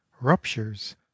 ruptures